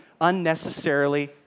unnecessarily